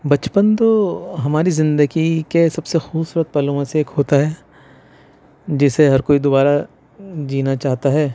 بچپن تو ہماری زندگی کے سب سے خوبصورت پلوں میں سے ایک ہوتا ہے جسے ہر کوئی دوبارہ جینا چاہتا ہے